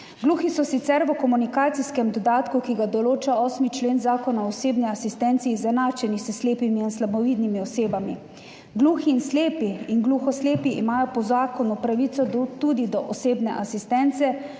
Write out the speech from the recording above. Gluhi so sicer v komunikacijskem dodatku, ki ga določa 8. člen Zakona o osebni asistenci, izenačeni s slepimi in slabovidnimi osebami. Gluhi in slepi in gluhoslepi imajo po zakonu pravico tudi do osebne asistence